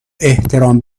احترام